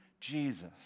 Jesus